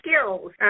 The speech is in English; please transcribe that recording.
skills